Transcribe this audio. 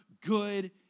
good